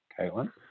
Caitlin